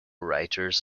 writers